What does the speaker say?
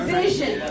vision